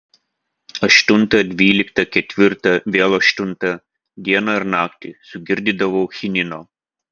aštuntą dvyliktą ketvirtą vėl aštuntą dieną ir naktį sugirdydavau chinino